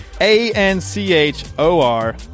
A-N-C-H-O-R